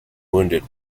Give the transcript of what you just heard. wounded